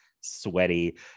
sweaty